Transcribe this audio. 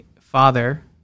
father